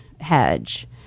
hedge